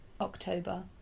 October